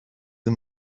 the